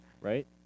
Right